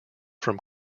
from